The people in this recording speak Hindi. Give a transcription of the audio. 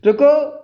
रुको